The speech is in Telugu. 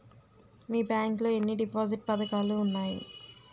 మీ బ్యాంక్ లో ఎన్ని డిపాజిట్ పథకాలు ఉన్నాయి?